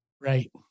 right